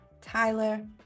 Tyler